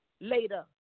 later